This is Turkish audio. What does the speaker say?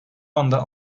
anda